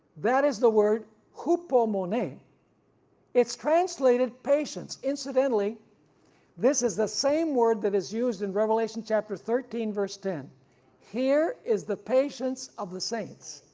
that is the word hupomone it's translated patience, incidentally this is the same word that is used in revelation chapter thirteen verse ten here is the patience of the saints.